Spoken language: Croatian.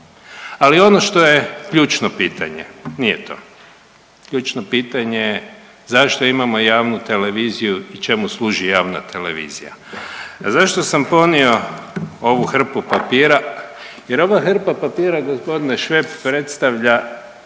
Ali ono što je ključno pitanje, nije to. Ključno pitanje je zašto imamo javnu televiziju i čemu služi javna televizija? Zašto sam ponio ovu hrpu papira? Jer ova hrpa papira gospodine Šveb predstavlja